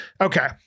okay